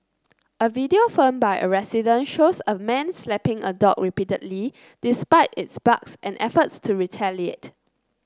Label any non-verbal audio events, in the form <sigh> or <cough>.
<noise> a video filmed by a resident shows a man slapping a dog repeatedly despite its barks and efforts to retaliate